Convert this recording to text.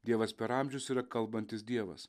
dievas per amžius yra kalbantis dievas